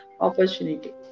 opportunity